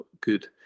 good